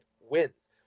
wins